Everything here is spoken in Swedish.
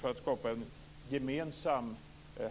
för att skapa en gemensam